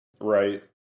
Right